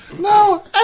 No